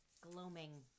Gloaming